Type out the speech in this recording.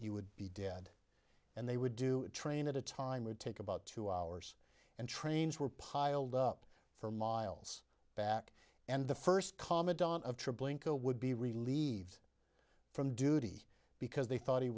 you would be dead and they would do train at a time would take about two hours and trains were piled up for miles back and the first commandant of troop blinko would be relieved from duty because they thought he